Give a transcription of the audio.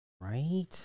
right